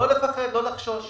לא לפחד ולא לחשוש.